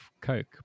Coke